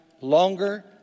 longer